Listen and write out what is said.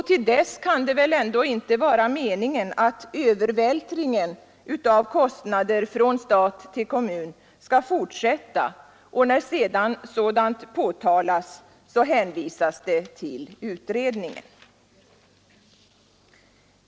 Till dess kan det väl ändå inte vara meningen att övervältringen av kostnader från stat till kommun skall fortsätta och att, när sedan sådant påtalas, det skall hänvisas till utredningen.